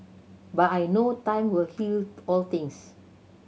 but I know time will heal all things